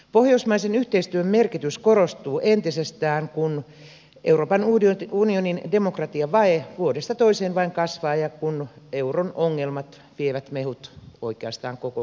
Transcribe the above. pohjoismaisen yhteistyön merkitys korostuu entisestään kun euroopan unionin demokratiavaje vuodesta toiseen vain kasvaa ja euron ongelmat vievät mehut oikeastaan koko kolhoosilta